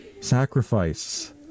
sacrifice